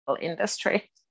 industry